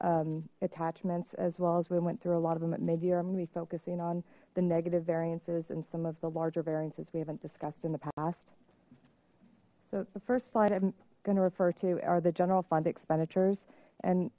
attachments as well as we went through a lot of them at mid year i'm gonna be focusing on the negative variances and some of the larger variances we haven't discussed in the past so the first slide i'm gonna refer to are the general fund expenditures and